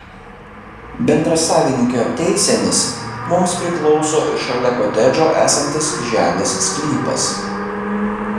bendrasavininkio teisėmis mums priklauso ir šalia kotedžo esantis žemės sklypas